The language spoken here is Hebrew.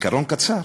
זיכרון קצר.